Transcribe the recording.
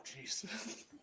Jesus